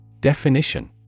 Definition